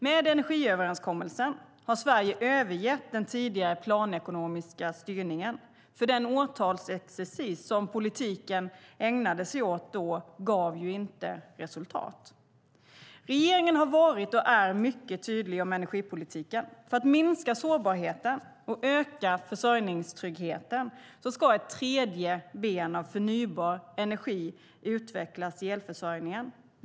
Med energiöverenskommelsen har Sverige övergett den tidigare planekonomiska styrningen, för den årtalsexercis politiken ägnade sig åt då gav ju inte resultat. Regeringen har varit och är mycket tydlig om energipolitiken. För att minska sårbarheten och öka försörjningstryggheten ska ett tredje ben av förnybar energi utvecklas i elförsörjningen.